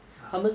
ah